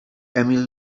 emil